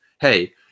Hey